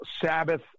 Sabbath